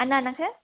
Anna Nagar